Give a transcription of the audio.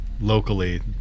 locally